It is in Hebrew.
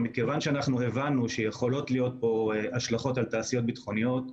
מכיוון שהבנו שיכולות להיות פה השלכות על תעשיות ביטחוניות,